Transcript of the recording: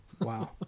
Wow